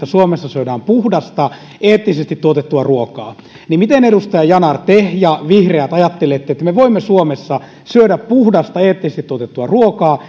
suomessa syödään puhdasta eettisesti tuotettua ruokaa miten edustaja yanar te ja vihreät ajattelette että me voimme suomessa syödä puhdasta eettisesti tuotettua ruokaa